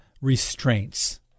restraints